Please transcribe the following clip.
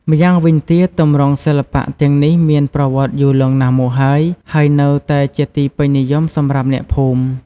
ម្យ៉ាងវិញទៀត ទម្រង់សិល្បៈទាំងនេះមានប្រវត្តិយូរលង់ណាស់មកហើយ ហើយនៅតែជាទីពេញនិយមសម្រាប់អ្នកភូមិ។